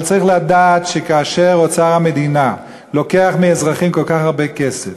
אבל צריך לדעת שכאשר אוצר המדינה לוקח מאזרחים כל כך הרבה כסף,